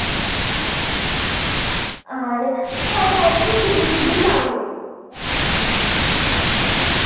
आं ते साईड उसी फुल्लू बी लाई ओड़ेओ